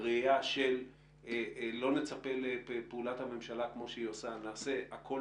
בראייה של לא נצפה לפעולת הממשלה כמו שהיא עושה אלא נעשה הכול